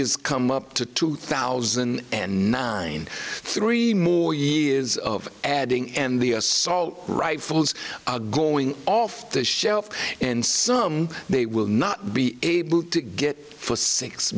figures come up to two thousand and nine three more years of adding and the assault rifles are going off the shelf and some they will not be able to get for six